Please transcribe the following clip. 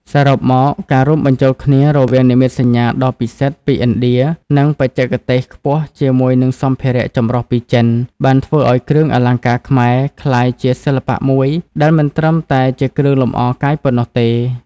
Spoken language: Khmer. សរុបមក ការរួមបញ្ចូលគ្នារវាងនិមិត្តសញ្ញាដ៏ពិសិដ្ឋពីឥណ្ឌា និងបច្ចេកទេសខ្ពស់ជាមួយនឹងសម្ភារៈចម្រុះពីចិន បានធ្វើឱ្យគ្រឿងអលង្ការខ្មែរក្លាយជាសិល្បៈមួយដែលមិនត្រឹមតែជាគ្រឿងលម្អកាយប៉ុណ្ណោះទេ។